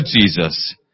Jesus